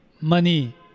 money